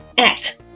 act